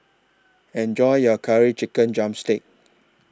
Enjoy your Curry Chicken Drumstick